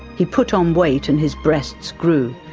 he put on weight and his breasts grew.